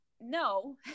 no